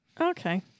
okay